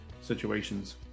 situations